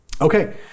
Okay